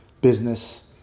business